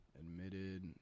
Admitted